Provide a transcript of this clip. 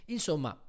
Insomma